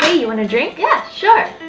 you want to drink? yeah sure!